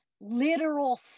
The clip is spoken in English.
literal